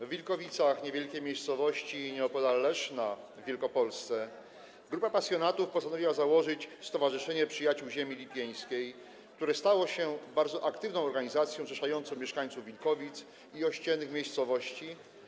W Wilkowicach, niewielkiej miejscowości nieopodal Leszna w Wielkopolsce, grupa pasjonatów postanowiła założyć Stowarzyszenie Przyjaciół Ziemi Lipieńskiej, które stało się bardzo aktywną organizacją zrzeszającą mieszkańców Wilkowic i ościennych miejscowości.